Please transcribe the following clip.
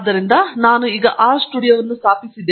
ಆದ್ದರಿಂದ ನಾನು ಆರ್ ಸ್ಟುಡಿಯೋವನ್ನು ಸ್ಥಾಪಿಸಿದೆ